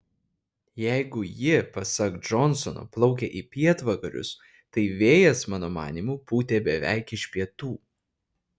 jeigu ji pasak džonsono plaukė į pietvakarius tai vėjas mano manymu pūtė beveik iš pietų